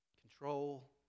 control